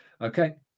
Okay